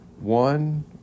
one